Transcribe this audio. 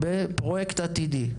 בפרויקט עתידי.